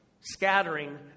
scattering